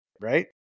Right